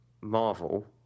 Marvel